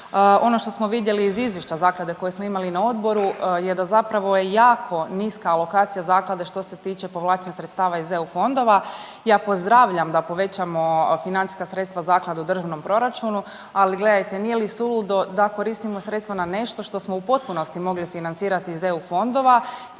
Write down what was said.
Ono što smo vidjeli iz izvješća zaklade koje smo imali na odboru je da zapravo je jako niska alokacija zaklade što se tiče povlačenja sredstava iz eu fondova. Ja pozdravljam da povećamo financijska sredstva zaklade u državnom proračunu, ali gledajte nije li suludo da koristimo sredstva na nešto što smo u potpunosti mogli financirati iz eu fondova